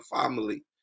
family